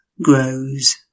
grows